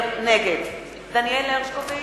נגד דניאל הרשקוביץ,